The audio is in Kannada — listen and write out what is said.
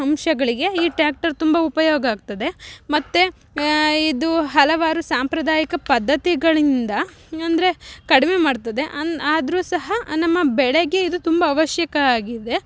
ಅಂಶಗಳಿಗೆ ಈ ಟ್ಯಾಕ್ಟರ್ ತುಂಬ ಉಪಯೋಗ ಆಗ್ತದೆ ಮತ್ತು ಇದು ಹಲವಾರು ಸಾಂಪ್ರದಾಯಿಕ ಪದ್ದತಿಗಳಿಂದ ಅಂದರೆ ಕಡಿಮೆ ಮಾಡ್ತದೆ ಅನ್ ಆದ್ರೂ ಸಹ ನಮ್ಮ ಬೆಳೆಗೆ ಇದು ತುಂಬ ಅವಶ್ಯಕ ಆಗಿದೆ